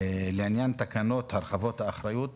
לעניין תקנות הרחבות האחריות,